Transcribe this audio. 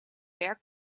werk